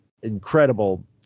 incredible